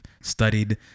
studied